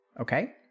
Okay